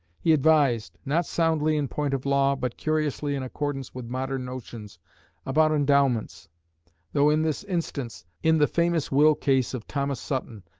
he advised not soundly in point of law, but curiously in accordance with modern notions about endowments though, in this instance, in the famous will case of thomas sutton,